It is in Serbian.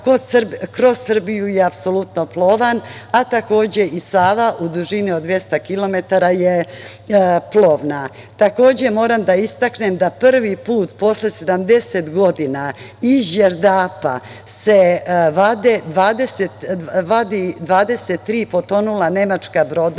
kroz Srbiju je apsolutno plovan, a takođe i Sava u dužini od 200 km je plovna. Takođe moram da istaknem da prvi put posle 70 godina iz Đerdapa se vadi 23 potonula nemačka broda